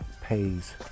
pays